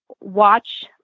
watch